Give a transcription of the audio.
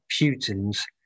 Putin's